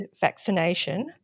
vaccination